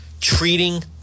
treating